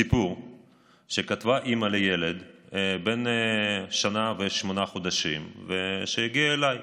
סיפור שכתבה אימא לילד בן שנה ושמונה חודשים שהגיע אליי.